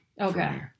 Okay